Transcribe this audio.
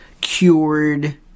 cured